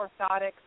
orthotics